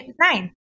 nine